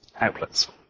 outlets